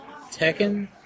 Tekken